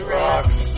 rocks